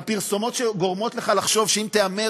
הפרסומות שגורמות לך לחשוב שאם תהמר